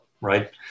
right